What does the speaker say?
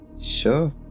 Sure